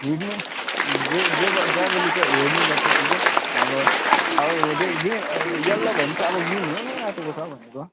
हिँड्नु ड्रे ड्रेभर ड्राइभरले क्या हेर्नु पर्छ त्यो चाहिँ अब अब रे ग्रीन येल्लो भयो भने चाहिँ अब ग्रीन हुनु आँटेको छ भनेको